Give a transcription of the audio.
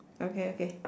okay okay